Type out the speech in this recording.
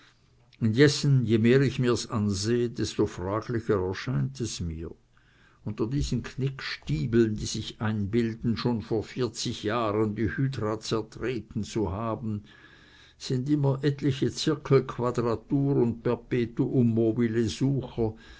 indessen je mehr ich mir's ansehe desto fraglicher erscheint es mir unter diesen knickstiebeln die sich einbilden schon vor vierzig jahren die hydra zertreten zu haben sind immer etliche zirkelquadratur und